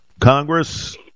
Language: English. Congress